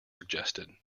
suggested